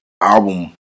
album